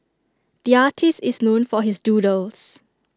the artist is known for his doodles